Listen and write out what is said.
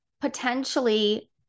potentially